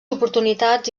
oportunitats